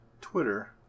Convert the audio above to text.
Twitter